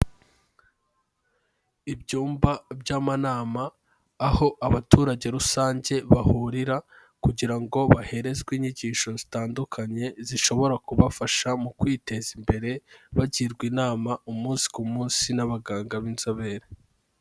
Ibyumba by'amanama aho abaturage rusange bahurira kugira ngo baherezwe inyigisho zitandukanye zishobora kubafasha mu kwiteza imbere bagirwa inama umunsi ku munsi n'abaganga b'inzobere.